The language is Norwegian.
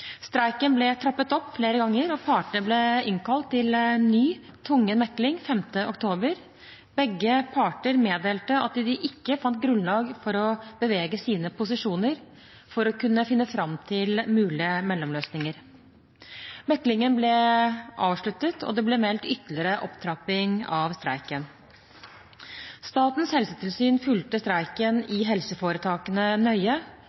Streiken ble trappet opp flere ganger, og partene ble innkalt til ny tvungen mekling 5. oktober. Begge parter meddelte at de ikke fant grunnlag for å bevege sine posisjoner for å kunne finne fram til mulige mellomløsninger. Meklingen ble avsluttet, og det ble meldt ytterligere opptrapping av streiken. Statens helsetilsyn fulgte streiken i helseforetakene nøye